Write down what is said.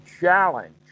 challenge